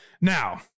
Now